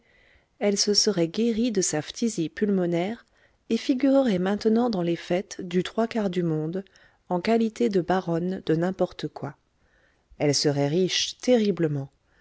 elle se serait guérie de sa phtisie pulmonaire et figurerait maintenant dans les fêtes du trois quarts du monde en qualité de baronne de nimporte quoi elle serait riche terriblement